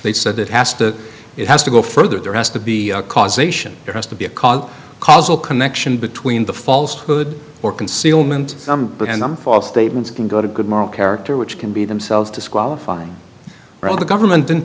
they said it has to it has to go further there has to be causation there has to be a cause causal connection between the false good or concealment and them false statements can go to good moral character which can be themselves disqualifying right the government